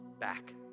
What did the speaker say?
back